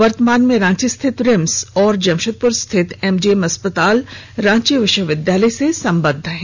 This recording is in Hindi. वर्तमान में रांची स्थित रिम्स और जमशेदपुर स्थित एमजीएम अस्पताल रांची विश्वविद्यालय से संबंद्व है